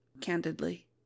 candidly